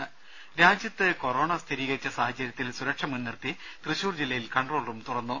ദേദ രാജ്യത്ത് കൊറോണ സ്ഥിരീകരിച്ച സാഹചര്യത്തിൽ സുരക്ഷ മുൻനിർത്തി തൃശൂർ ജില്ലയിൽ കൺട്രോൾ റൂം തുറന്നു